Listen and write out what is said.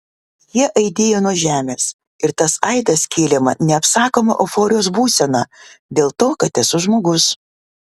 jie aidėjo nuo žemės ir tas aidas kėlė man neapsakomą euforijos būseną dėl to kad esu žmogus